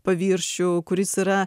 paviršių kuris yra